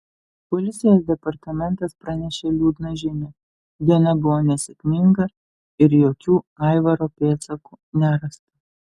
policijos departamentas pranešė liūdną žinią diena buvo nesėkminga ir jokių aivaro pėdsakų nerasta